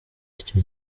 icyo